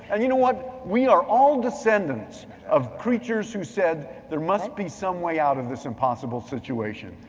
and you know what? we are all descendants of creatures who said there must be some way out of this impossible situation.